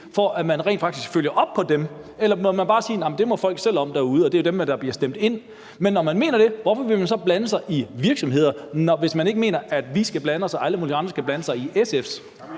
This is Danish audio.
for at man faktisk følger op på dem, eller må man bare sige, at det må folk selv om derude, og så er der dem, der bliver stemt ind? Men når man mener det, hvorfor vil man så blande sig i virksomheder, hvis man ikke mener, at vi og alle mulige andre skal blande os i SF's